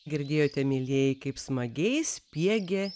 girdėjote mielieji kaip smagiai spiegė